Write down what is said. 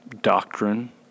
doctrine